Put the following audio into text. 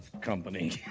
company